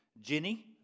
Jenny